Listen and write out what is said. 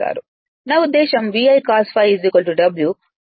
నా ఉద్దేశ్యం Vi cos ∅ W అదే సంబంధం